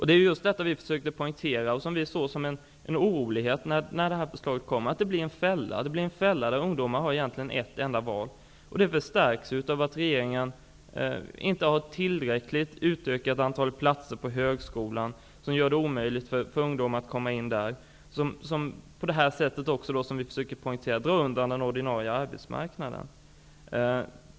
Det är just detta vi försöker poängtera och som vi såg som något oroväckande när förslaget kom. Det blir en fälla där ungdomar egentligen har ett enda val. Det förstärks av att regeringen inte tillräckligt har utökat antalet platser på högskolan, vilket gör det omöjligt för ungdomar att komma in där. På det sätt som vi försöker poängtera drar man också undan den ordinarie arbetsmarknaden.